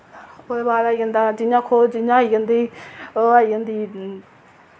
ओह्दे बाद आई जंदा जि'यां आखो जि'यां आई जंदी ओह् आई जंदी